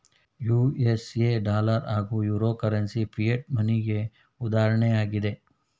USA dollar ಹಾಗೂ euro currency fiat ಮನಿಗೆ ಉದಾಹರಣೆಯಾಗಿದೆ